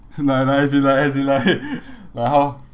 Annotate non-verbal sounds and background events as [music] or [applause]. no no as in like as in like [laughs] like how